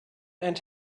and